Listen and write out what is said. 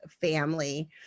family